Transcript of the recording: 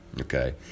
okay